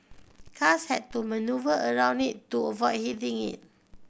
cars had to manoeuvre around it to avoid hitting it